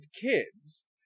kids